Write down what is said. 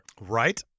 Right